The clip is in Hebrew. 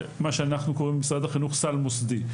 שאנחנו קוראים לו במשרד החינוך סל מוסדי.